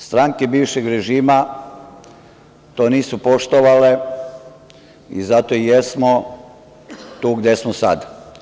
Stranke bivšeg režima to nisu poštovale i zato i jesmo tu gde smo sad.